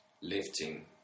lifting